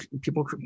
people